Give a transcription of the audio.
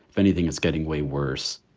if anything, it's getting way worse,